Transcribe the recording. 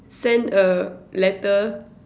send a letter